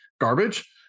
garbage